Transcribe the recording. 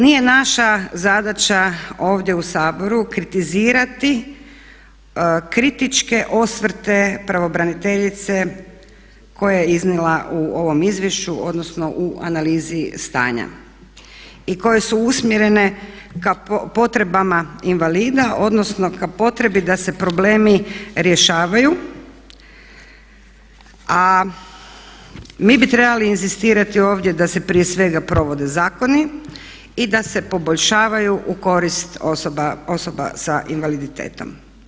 Nije naša zadaća ovdje u Saboru kritizirati kritičke osvrte pravobraniteljice koje je iznijela u ovom izvješću odnosno u analizi stanja i koje su usmjerene ka potrebama invalida odnosno ka potrebi da se problemi rješavaju, a mi bi trebali inzistirati ovdje da se prije svega provode zakoni i da se poboljšavaju u korist osoba sa invaliditetom.